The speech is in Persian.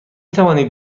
توانید